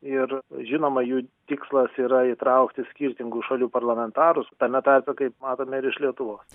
ir žinoma jų tikslas yra įtraukti skirtingų šalių parlamentarus tame tarpe kaip matome ir iš lietuvos